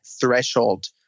threshold